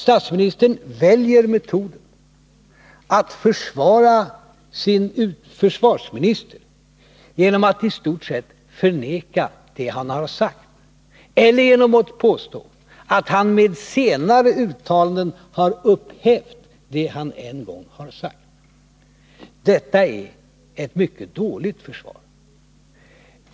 Statsministern väljer metoden att försvara sin försvarsminister genom att i stort sett förneka det han har sagt eller genom att påstå att han med senare uttalanden har upphävt det han en gång har sagt. Detta är ett mycket dåligt försvar.